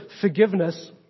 forgiveness